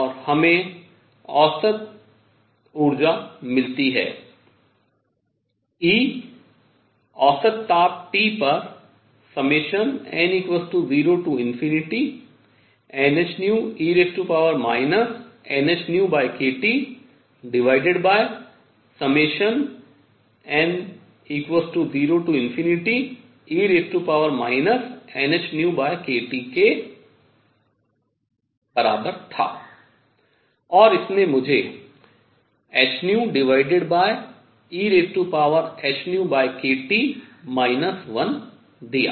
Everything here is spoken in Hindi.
और हमें औसत ऊर्जा मिलती है E औसत ताप T पर n0nhνe nhνkTn0e nhνkT के बराबर था और इसने मुझे hehνkT 1 दिया